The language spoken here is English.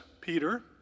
Peter